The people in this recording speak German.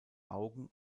augen